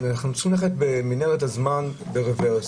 אנחנו צריכים ללכת במנהרת הזמן ברברס